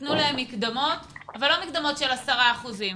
תנו להם מקדמות אבל לא מקדמות של 10 אחוזים,